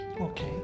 okay